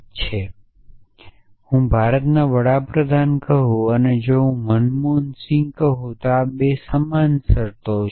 જો હું ભારતના વડા પ્રધાન કહું અને જો હું મનમોહન સિંઘ કહું તો આ 2 શરતો સમાન છે